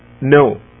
no